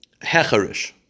hecharish